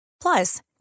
Plus